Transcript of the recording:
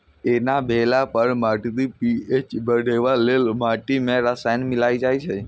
एना भेला पर माटिक पी.एच बढ़ेबा लेल माटि मे रसायन मिलाएल जाइ छै